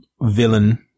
villain-